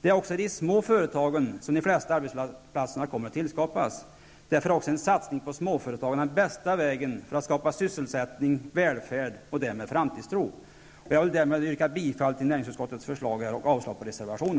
Det är också i de små företagen som de flesta nya arbetsplatserna kommer att tillskapas. Därför är också en satsning på småföretagen den bästa vägen för att skapa sysselsättning, välfärd och därmed framtidstro. Jag vill härmed yrka bifall till näringsutskottets förslag och avslag på reservationen.